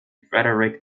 frederick